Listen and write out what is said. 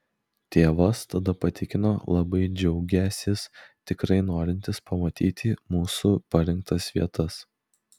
tėvas tada patikino labai džiaugiąsis tikrai norintis pamatyti mūsų parinktas vietas